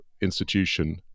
institution